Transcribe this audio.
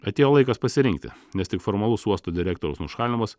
atėjo laikas pasirinkti nes tik formalus uosto direktoriaus nušalinimas